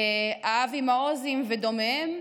אבי מעוזים ודומיהם,